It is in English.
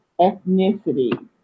ethnicity